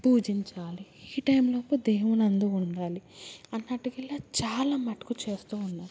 పూజించాలి ఈ టైంలోపు దేవునందు ఉండాలి అన్నట్టు ఇలా చాలా మటుకు చేస్తూ ఉంటారు